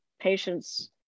patients